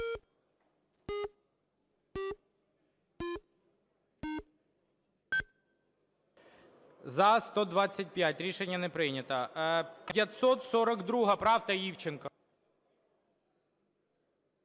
За-125. Рішення не прийнято. 542 правка, Івченко.